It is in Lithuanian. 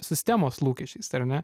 sistemos lūkesčiais ar ne